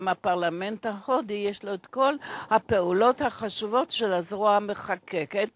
גם בפרלמנט ההודי יש כל הפעולות החשובות של הזרוע המחוקקת